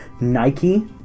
Nike